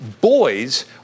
Boys